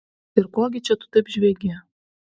ir ko gi čia tu taip žviegi